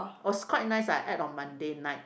was quite nice I ate on Monday night